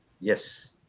Yes